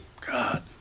God